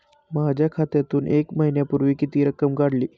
माझ्या खात्यातून एक महिन्यापूर्वी किती रक्कम काढली?